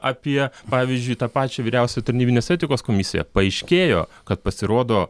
apie pavyzdžiui tą pačią vyriausią tarnybinės etikos komisiją paaiškėjo kad pasirodo